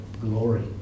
glory